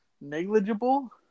negligible